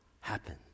happen